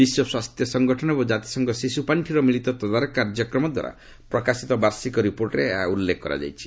ବିଶ୍ୱ ସ୍ୱାସ୍ଥ୍ୟ ସଙ୍ଗଠନ ଏବଂ ଜାତିସଂଘ ଶିଶୁ ପାଣ୍ଠିର ମିଳିତ ତଦାରଖ କାର୍ଯ୍ୟକ୍ରମଦ୍ୱାରା ପ୍ରକାଶିତ ବାର୍ଷିକ ରିପୋର୍ଟରେ ଏହା ଉଲ୍ଲେଖ କରାଯାଇଛି